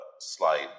slide